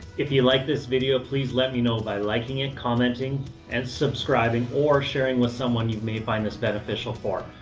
if you liked this video, please let me know by liking it, commenting and subscribing or sharing with someone you may find this beneficial for.